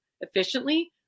efficiently